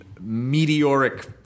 meteoric